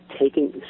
taking